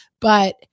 But-